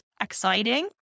exciting